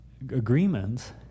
agreements